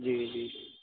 جی جی